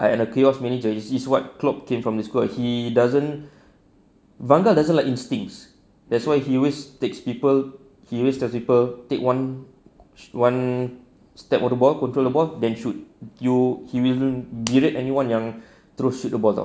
I the chaos manager is is what clock came from his school he doesn't van gaal doesn't like instincts that's why he always takes people he always tell people take one one step of the ball control the ball then shoot you will berate anyone yang terus shoot the ball [tau]